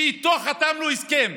שאיתו חתמנו הסכם,